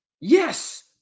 Yes